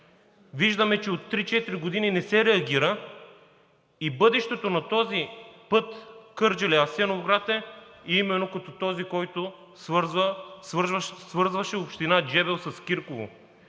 Виждаме, че от три-четири години не се реагира и бъдещето на този път Кърджали – Асеновград е именно като този, който свързваше община Джебел с Кирково.